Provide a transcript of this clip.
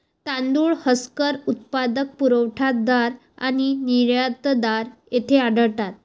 तांदूळ हस्कर उत्पादक, पुरवठादार आणि निर्यातदार येथे आढळतात